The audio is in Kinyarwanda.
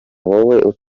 wowe